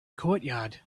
courtyard